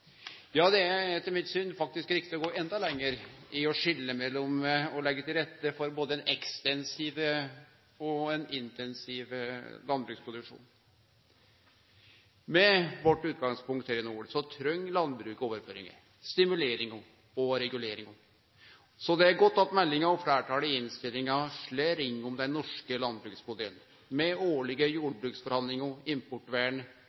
Ja, det er etter mitt syn faktisk riktig å gå enda lenger i å skilje mellom og leggje til rette for ein ekstensiv og intensiv landbruksproduksjon. Med vårt utgangspunkt her i nord treng landbruket overføringar, stimuleringar og reguleringar. Så det er godt at meldinga og fleirtalet i innstillinga slår ring om den norske landbruksmodellen, med årlege jordbruksforhandlingar og importvern